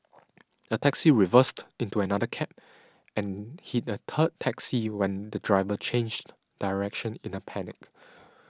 a taxi reversed into another cab and hit a third taxi when the driver changed direction in a panic